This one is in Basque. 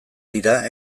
dira